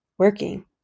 Working